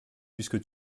puisque